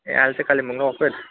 ए अहिले चाहिँ कालिम्पोङ र कफेर